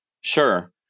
Sure